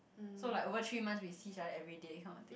so like over three months we see each other everyday kind of thing